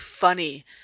funny